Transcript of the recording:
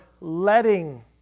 letting